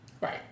Right